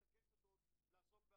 ואנחנו מתעקשים שזה היה נכון,